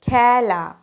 খেলা